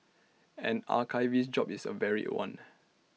an archivist's job is A varied one